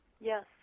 Yes